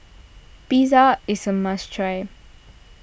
Pizza is a must try